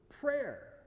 prayer